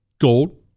Gold